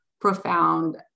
profound